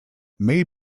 may